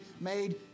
made